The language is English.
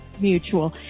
Mutual